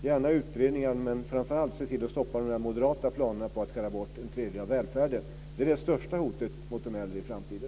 Gärna utredningar, men se framför allt till att stoppa de moderata planerna på att skära bort en tredjedel av välfärden. Det är det största hotet mot de äldre i framtiden.